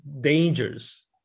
dangers